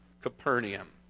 Capernaum